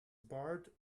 barred